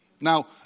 Now